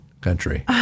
country